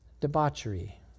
debauchery